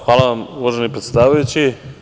Hvala vam, uvaženi predsedavajući.